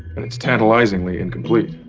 and it's tantalizingly incomplete.